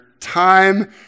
time